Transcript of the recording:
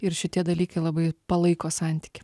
ir šitie dalykai labai palaiko santykį